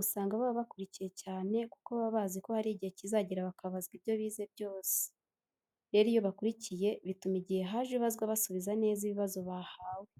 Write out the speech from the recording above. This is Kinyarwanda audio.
usanga baba bakurikiye cyane kuko baba bazi ko hari igihe kizagera bakabazwa ibyo bize byose. Rero iyo bakurikiye bituma igihe haje ibazwa basubiza neza ibibazo bahawe.